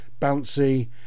bouncy